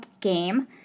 game